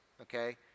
okay